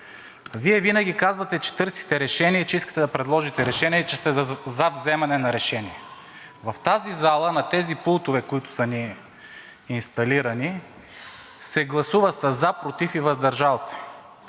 Вие винаги казвате, че търсите решение и че искате да предложите решение, и че сте зад вземане на решение. В тази зала, на тези пултове, които са ни инсталирали, се гласува със „за“, „против“ и „въздържал се“